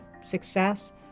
success